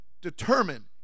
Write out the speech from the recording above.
determine